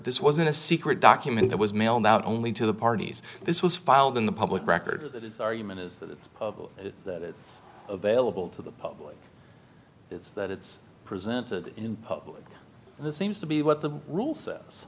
this wasn't a secret document that was mailed out only to the parties this was filed in the public record that is argument is that it's that it's available to the public it's that it's presented in public and this seems to be what the rule says